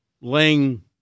laying